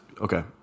okay